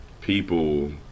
people